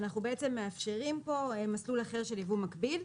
אנחנו בעצם מאפשרים פה מסלול אחר של יבוא מקביל,